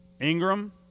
Ingram